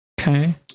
Okay